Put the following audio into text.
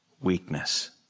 weakness